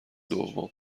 دوم